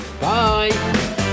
Bye